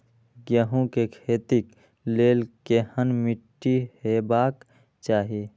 गेहूं के खेतीक लेल केहन मीट्टी हेबाक चाही?